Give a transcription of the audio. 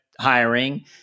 hiring